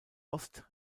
ost